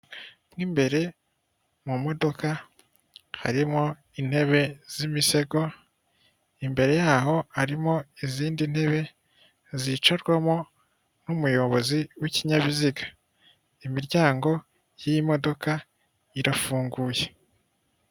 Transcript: Mu imbere mu modoka harimo intebe z'imisego, imbere yaho harimo izindi ntebe, zicarwamo n'umuyobozi w'ikinyabiziga imiryango y'imodoka irafunguye.